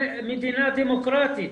מדינה דמוקרטית.